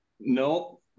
No